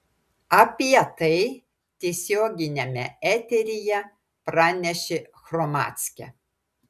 apie tai tiesioginiame eteryje pranešė hromadske